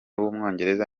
w’umwongereza